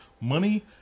money